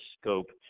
scope